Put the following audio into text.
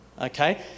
Okay